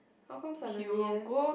how come suddenly eh